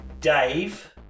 Dave